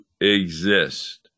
exist